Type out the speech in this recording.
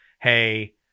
Hey